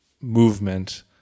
movement